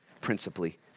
principally